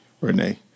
Renee